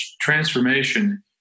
transformation